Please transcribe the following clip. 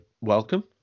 Welcome